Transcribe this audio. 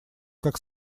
как